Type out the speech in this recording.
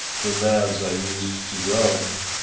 the lads i used to love.